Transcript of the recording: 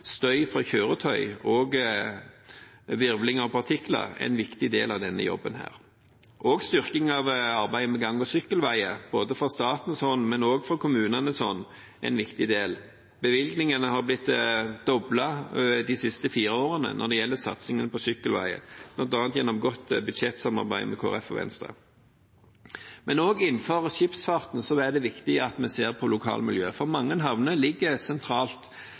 støy fra kjøretøy og virvling av partikler, er en viktig del av denne jobben. Styrking av arbeidet med gang- og sykkelveier, både fra statens hånd og fra kommunenes hånd, er en viktig del. Bevilgningene har blitt doblet de siste fire årene når det gjelder satsingen på sykkelveier, bl.a. gjennom et godt budsjettsamarbeid med Kristelig Folkeparti og Venstre. Også innenfor skipsfarten er det viktig at vi ser på lokalmiljøet. Mange havner ligger sentralt